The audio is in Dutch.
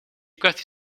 kwestie